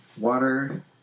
water